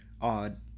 odd